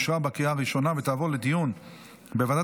אושרה בקריאה ראשונה ותעבור לדיון בוועדת